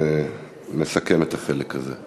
אנחנו נסכם את החלק הזה.